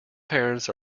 parents